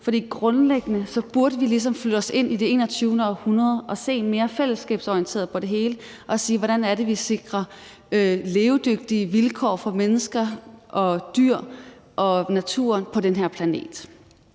For grundlæggende burde vi ligesom flytte os ind i det 21. århundrede og se mere fællesskabsorienteret på det hele og sige: Hvordan sikrer vi levedygtige vilkår for mennesker og dyr og naturen på den her planet?